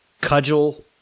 cudgel